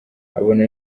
abona